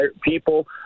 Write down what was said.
people